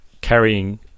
Carrying